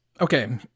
okay